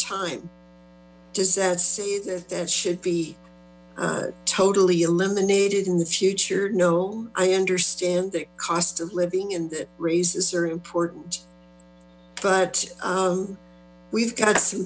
time does that say that that should be totally eliminate it in the future no i understand the cost of living and raises are important but we've got some